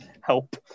Help